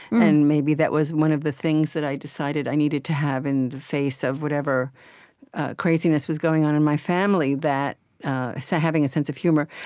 and maybe that was one of the things that i decided i needed to have in the face of whatever craziness was going on in my family, so having a sense of humor.